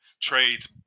Trades